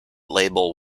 label